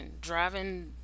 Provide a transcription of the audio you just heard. Driving